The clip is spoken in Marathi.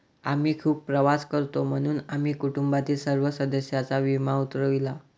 आम्ही खूप प्रवास करतो म्हणून आम्ही कुटुंबातील सर्व सदस्यांचा विमा उतरविला